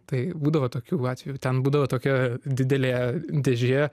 tai būdavo tokių atvejų ten būdavo tokia didelė dėžė